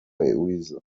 weasel